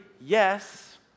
yes